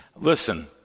Listen